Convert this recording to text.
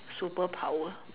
superpower